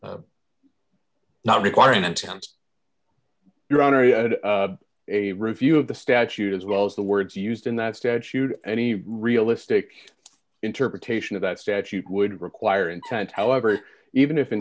was not requiring intent your honor a review of the statute as well as the words used in that statute any realistic interpretation of that statute would require intent however even if it